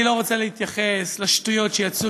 אני לא רוצה להתייחס לשטויות שיצאו